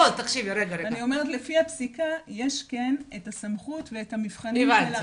אני אומרת לפי הפסיקה יש כן את הסמכות ואת המבחנים שלנו.